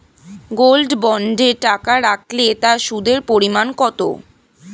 Gold বন্ডে টাকা রাখলে তা সুদের পরিমাণ কত?